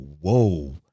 whoa